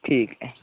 ठीक ऐ